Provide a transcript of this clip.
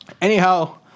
Anyhow